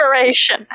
inspiration